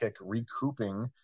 recouping